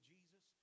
Jesus